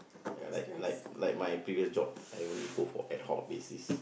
ya like like like my previous job I only go for ad hoc basis